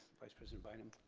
vice president bynum?